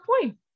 point